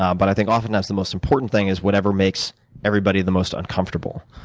um but i think often, the most important thing is whatever makes everybody the most uncomfortable.